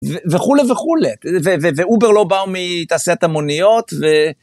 וכולי וכולי, ואובר לא בא מתעשיית המוניות ו...